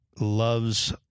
loves